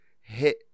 hit